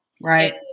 right